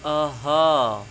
آہا